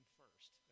first